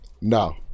no